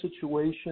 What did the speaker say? situation